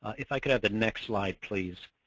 if i could have the next slide please.